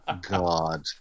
God